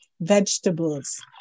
vegetables